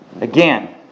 Again